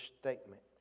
statement